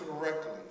correctly